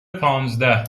پانزده